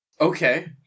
Okay